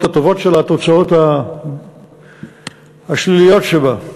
הטובות שלה והתוצאות השליליות שלה.